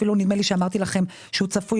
נדמה לי שאפילו אמרתי לכם שהוא צפוי